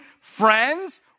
friends